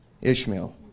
Ishmael